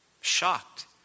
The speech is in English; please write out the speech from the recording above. Shocked